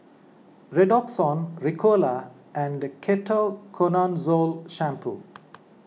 Redoxon Ricola and Ketoconazole Shampoo